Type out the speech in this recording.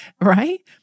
Right